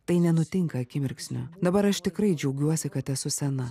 tai nenutinka akimirksniu dabar aš tikrai džiaugiuosi kad esu sena